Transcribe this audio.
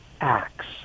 acts